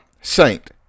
saint